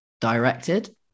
directed